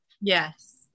yes